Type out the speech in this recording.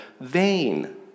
vain